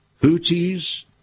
Houthis